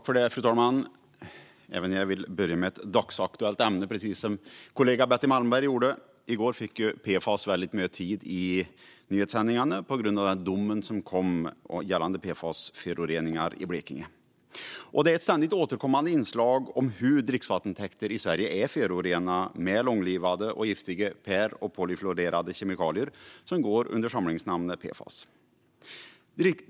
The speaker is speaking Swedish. Fru talman! Jag vill, liksom kollegan Betty Malmberg, börja med att tala om ett dagsaktuellt ämne. I går fick PFAS mycket tid i nyhetssändningarna på grund av den dom som kom gällande PFAS-föroreningar i Blekinge. Ett ständigt återkommande inslag är på vilket sätt dricksvattentäkter i Sverige är förorenade med långlivade och giftiga per och polyfluorerade kemikalier, som går under samlingsnamnet PFAS.